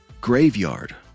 graveyard